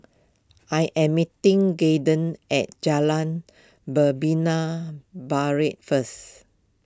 I am meeting gay den at Jalan Membina Barat first